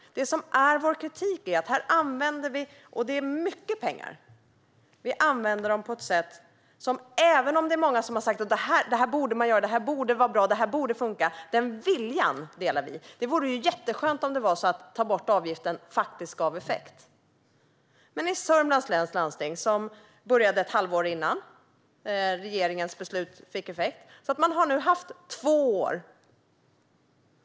Vår kritik handlar om sättet som pengarna används på - och det rör sig om mycket pengar. Många säger att man borde göra detta, att det borde vara bra och att det borde funka. Vi delar denna vilja, och det vore jätteskönt om det var så att det faktiskt gav effekt att ta bort avgiften. Sörmlands läns landsting började ett halvår innan regeringens beslut fick effekt och har nu alltså gjort detta i två år.